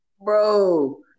bro